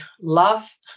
love